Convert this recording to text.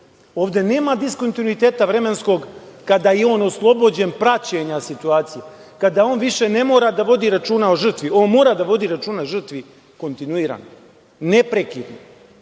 Ovde nema diskontinuiteta vremenskog kada je on oslobođen praćenja situacije, kada on više ne mora da vodi računa o žrtvi. On mora da vodi računa o žrtvi kontinuirano, neprekidno,